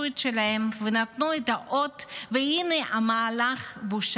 אתם הייתם הרבה מאוד זמן בשנתיים האחרונות מתחת לאחוז